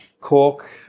Cork